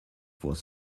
was